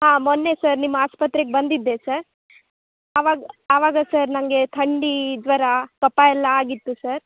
ಹಾಂ ಮೊನ್ನೆ ಸರ್ ನಿಮ್ಮ ಆಸ್ಪತ್ರೆಗೆ ಬಂದಿದ್ದೆ ಸರ್ ಆವಾಗ ಆವಾಗ ಸರ್ ನಂಗೇ ಥಂಡೀ ಜ್ವರ ಕಫಯೆಲ್ಲ ಆಗಿತ್ತು ಸರ್